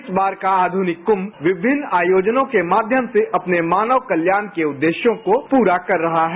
इस बार का आधुनिक कुंभ विभिन्न आयोजनों के माध्यम से अपने मानव कल्याण के उद्देश्यों को पूरा कर रहा है